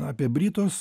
apie britus